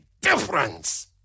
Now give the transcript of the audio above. difference